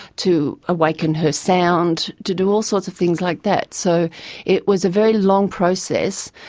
to awaken her sound, to do all sorts of things like that. so it was a very long process.